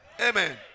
Amen